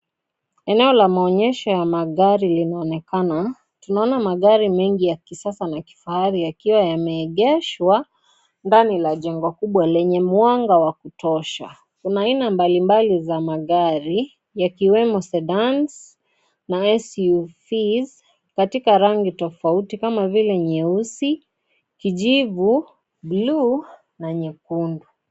Eneo la maonyesho ya magari linaonekana, tunaona magari mengi ya kisasa na kifahari, yakiwa yameegeshwa ndani la jengo kubwa lenye mwanga wa kutosha. Kuna aina mbalimbali za magari, yakiwemo SEDANs na SUVs, katika rangi tofauti kama vile nyeusi, kijivu, bluu na nyekundu.